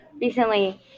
recently